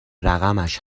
رقمش